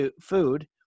food